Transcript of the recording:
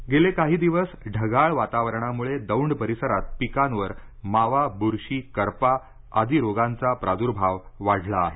स अमृता गेले काही दिवस ढगाळ वातावरणामुळे दौंड परिसरात पिकांवर मावा बुरशी करपा आदि रोगांचा प्रादूर्भाव वाढला आहे